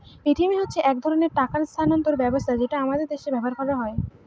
Paytm হচ্ছে এক ধরনের টাকা স্থানান্তর ব্যবস্থা যেটা আমাদের দেশে ব্যবহার করা হয়